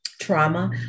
trauma